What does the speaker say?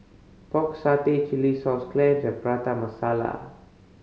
Pork Satay chilli sauce clams and Prata Masala